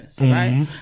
right